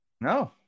No